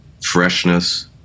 freshness